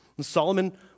Solomon